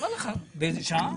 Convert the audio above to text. באיזה שעה?